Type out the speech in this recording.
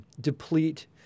deplete